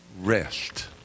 rest